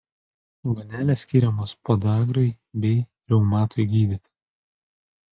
vonelės skiriamos podagrai bei reumatui gydyti